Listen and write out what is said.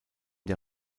der